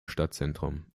stadtzentrum